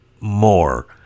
more